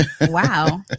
Wow